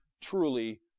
truly